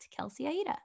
kelseyaida